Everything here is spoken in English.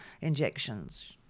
injections